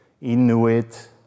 Inuit